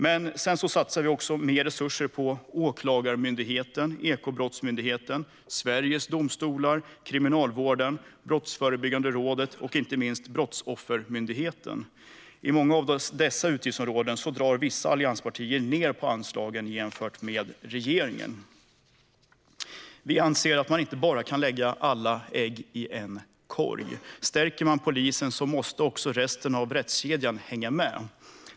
Vi satsar också mer resurser på Åklagarmyndigheten, Ekobrottsmyndigheten, Sveriges domstolar, Kriminalvården, Brottsförebyggande rådet och inte minst Brottsoffermyndigheten. Inom många av dessa utgiftsområden drar vissa allianspartier ned på anslagen jämfört med regeringen. Man kan inte lägga alla ägg i en korg. Stärker man polisen måste också resten av rättskedjan hänga med.